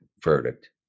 verdict